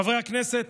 חברי הכנסת,